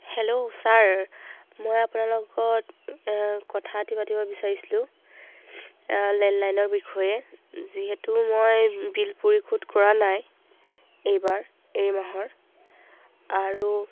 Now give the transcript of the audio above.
hello sir মই আপোনাৰ লগত কথা পাতিব বিচাৰিছিলোঁ লেণ্ডলাইনৰ বিষয়ে যিহেতু মই বিল পৰিশোধ কৰা নাই এইবাৰ এই মাহৰ আৰু